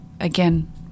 again